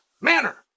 manner